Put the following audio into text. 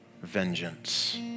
vengeance